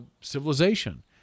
civilization